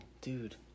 dude